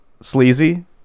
sleazy